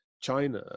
China